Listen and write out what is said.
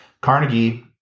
Carnegie